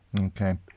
Okay